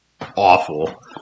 awful